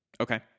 Okay